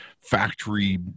factory